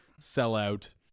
sellout